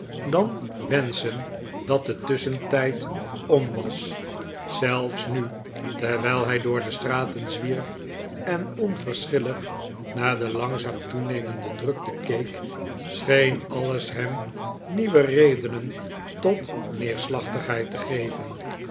dan wenschen dat de tusschentijd om was zelfs nu terwijl hij door de straten zwierf en onverschillig naar de langzaam toenemende drukte keek scheen alles hem nieuwe redenen tot neerslachtigheid te geven